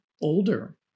older